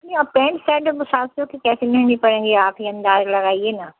नहीं अब pant shirt अब वो सात सौ की कैसे नहीं ले पाएँगे आप ही अंदाज़ लगाइए ना